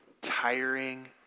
tiring